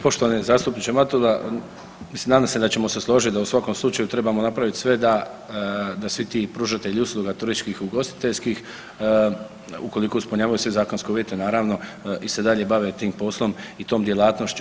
Poštovani zastupniče Matula, mislim nadam se da ćemo se složiti da u svakom slučaju trebamo napraviti sve da, da svi ti pružatelji usluga turističkih i ugostiteljskim ukoliko ispunjavaju sve zakonske usluge naravno i se dalje bave tim poslom i tom djelatnošću.